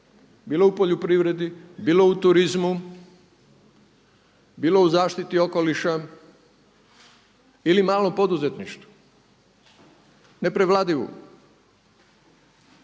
bilo u poljoprivredi, bilo u turizmu, bilo u zaštiti okoliša ili malom poduzetništvu, neprevladivu.